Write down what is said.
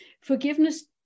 forgiveness